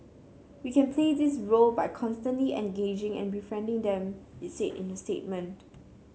we can play this role by constantly engaging and befriending them it said in a statement